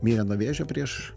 mirė nuo vėžio prieš